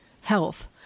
Health